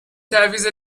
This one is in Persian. تعویض